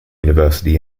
university